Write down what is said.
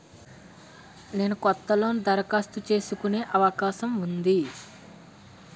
నేను కొత్త లోన్ దరఖాస్తు చేసుకునే అవకాశం ఉందా?